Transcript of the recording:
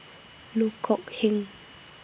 Loh Kok Heng